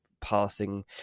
passing